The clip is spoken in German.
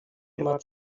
immer